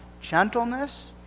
gentleness